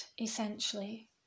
essentially